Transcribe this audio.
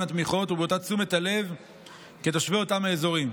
התמיכות ובאותה תשומת הלב כתושבי אותם האזורים.